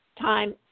Time